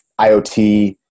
IoT